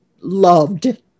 loved